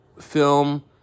film